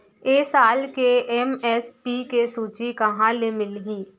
ए साल के एम.एस.पी के सूची कहाँ ले मिलही?